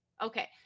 Okay